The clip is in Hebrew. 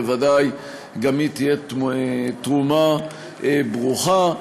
בוודאי גם היא תהיה תרומה ברוכה.